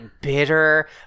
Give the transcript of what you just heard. bitter